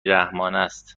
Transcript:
رحمانست